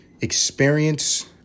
experience